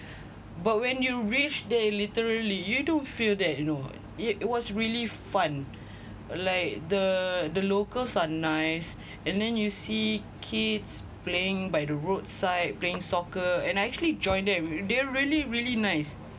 but when you reach there literally you don't feel that you know it it was really fun like the the locals are nice and then you see kids playing by the roadside playing soccer and I actually joined them they're really really nice